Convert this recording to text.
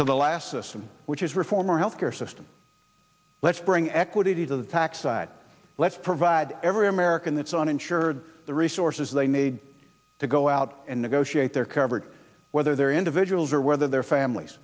to the last system which is reform our health care system let's bring equity to the tax side let's provide every american that's uninsured the resources they need to go out and negotiate their coverage whether they're individuals or whether their families